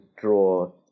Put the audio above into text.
draw